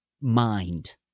mind